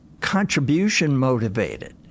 contribution-motivated